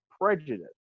prejudice